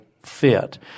fit